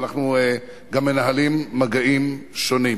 ואנחנו גם מנהלים מגעים שונים.